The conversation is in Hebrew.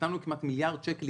נתנו כמעט מיליארד שקל,